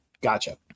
Gotcha